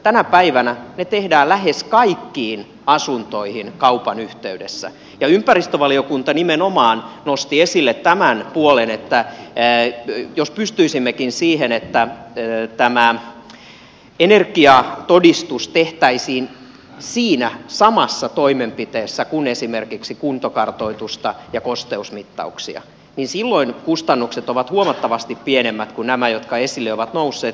tänä päivänä ne tehdään lähes kaikkiin asuntoihin kaupan yhteydessä ja ympäristövaliokunta nimenomaan nosti esille tämän puolen että jos pystyisimmekin siihen että tämä energiatodistus tehtäisiin siinä samassa toimenpiteessä kuin esimerkiksi kuntokartoitusta ja kosteusmittauksia niin silloin kustannukset olisivat huomattavasti pienemmät kuin nämä jotka esille ovat nousseet